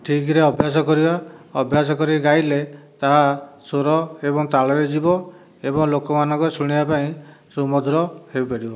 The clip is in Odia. ଠିକରେ ଅଭ୍ୟାସ କରିବା ଅଭ୍ୟାସ କରି ଗାଇଲେ ତାହା ସୁର ଏବଂ ତାଳରେ ଯିବ ଏବଂ ଲୋକ ମାନଙ୍କୁ ଶୁଣିବା ପାଇଁ ସୁମଧୁର ହୋଇପାରିବ